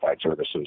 services